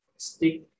Stick